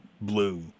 blue